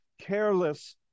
careless